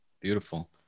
Beautiful